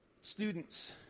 students